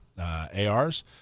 ARs